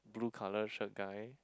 blue colour shirt guy